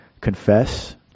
confess